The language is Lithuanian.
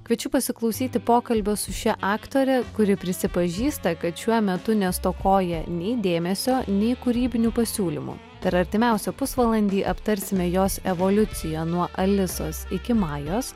kviečiu pasiklausyti pokalbio su šia aktore kuri prisipažįsta kad šiuo metu nestokoja nei dėmesio nei kūrybinių pasiūlymų per artimiausią pusvalandį aptarsime jos evoliuciją nuo alisos iki majos